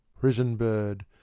prison-bird